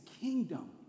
kingdom